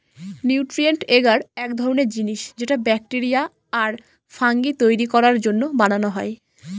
nutrient এগার এক ধরনের জিনিস যেটা ব্যাকটেরিয়া আর ফাঙ্গি তৈরী করার জন্য বানানো হয়